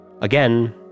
Again